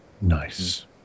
Nice